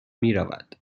میرود